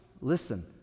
Listen